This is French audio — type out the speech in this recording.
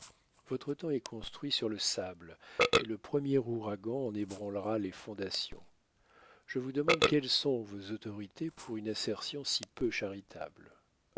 votre temple est construit sur le sable et le premier ouragan en ébranlera les fondations je vous demande quelles sont vos autorités pour une assertion si peu charitable